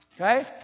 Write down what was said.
Okay